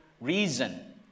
reason